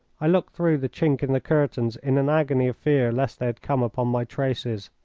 i looked through the chink in the curtains in an agony of fear lest they had come upon my traces,